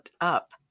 up